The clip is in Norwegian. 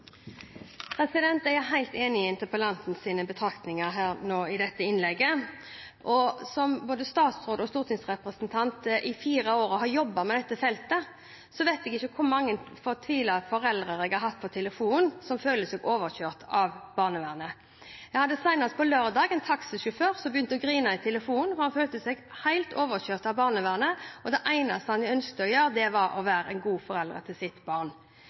Jeg er helt enig i interpellantens betraktninger nå i dette innlegget. Både som statsråd og etter å ha jobbet som stortingsrepresentant i fire år med dette feltet, vet jeg ikke hvor mange fortvilte foreldre jeg har hatt på telefon – foreldre som føler seg overkjørt av barnevernet. Jeg hadde senest på lørdag en taxisjøfør som begynte å grine i telefonen, for han følte seg helt overkjørt av barnevernet, og det eneste han ønsket var å være en god forelder til sitt barn.